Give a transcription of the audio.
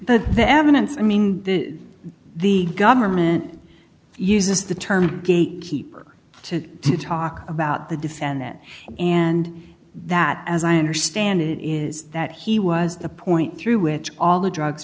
that the evidence i mean the government uses the term gatekeeper to talk about the defendant and that as i understand it is that he was a point through which all the drugs